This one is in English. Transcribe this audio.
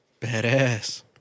Badass